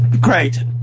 Great